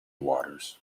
waters